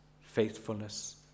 faithfulness